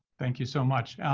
thank you so much.